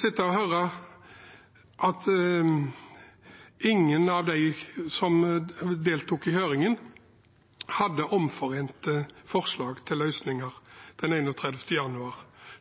sitte og høre at ingen av dem som deltok, hadde omforente forslag til løsning.